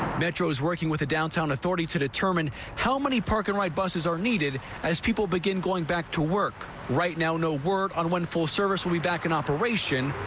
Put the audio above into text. metro is working with the downtown authority to determine how many parking ride buses are needed as people begin going back to work right now no word on when full service will be back in operation,